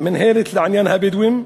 מינהלת לעניין הבדואים,